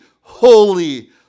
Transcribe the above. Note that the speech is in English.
holy